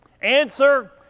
Answer